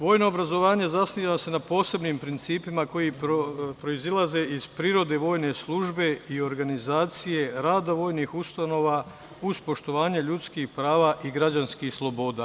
Vojno obrazovanje zasniva se na posebnim principima koji proizilaze iz prirode vojne službe i organizacije rada vojnih ustanova, uz poštovanje ljudskih prava i građanskih sloboda.